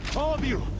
all of you.